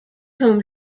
whom